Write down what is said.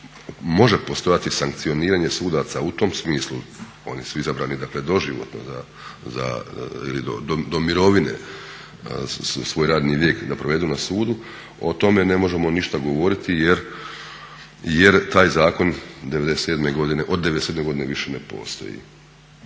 može postojati sankcioniranje sudaca u tom smislu, oni su izabrani dakle doživotno ili do mirovine, svoj radni vijek da provedu da sudu, o tome ne možemo ništa govoriti jer taj zakon od '97. godine više ne postoji.